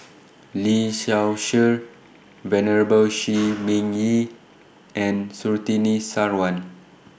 Lee Seow Ser Venerable Shi Ming Yi and Surtini Sarwan